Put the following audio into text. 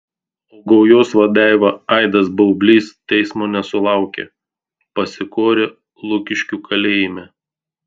o gaujos vadeiva aidas baublys teismo nesulaukė pasikorė lukiškių kalėjime